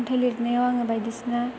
खन्थाइ लिरनायाव आङो बायदिसिना